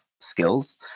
skills